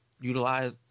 utilize